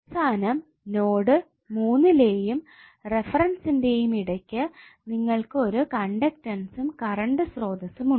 അവസാനം നോഡ് 3 യിലെയും റെഫെറെൻസിന്റെയും ഇടക്കു നിങ്ങൾക്ക് ഒരു കണ്ടക്ടസ്സും കറണ്ട് സ്ത്രോതസ്സും ഉണ്ട്